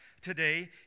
today